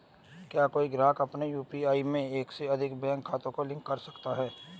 क्या कोई ग्राहक अपने यू.पी.आई में एक से अधिक बैंक खातों को लिंक कर सकता है?